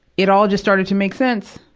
it all just started to make sense.